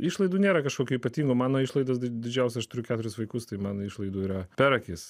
išlaidų nėra kažkokių ypatingų mano išlaidos didžiausia aš turiu keturis vaikus tai mano išlaidų yra per akis